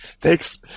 thanks